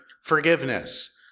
forgiveness